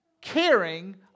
caring